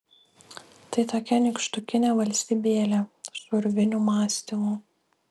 tai tokia nykštukinė valstybėlė su urvinių mąstymu